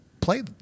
play